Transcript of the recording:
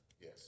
Yes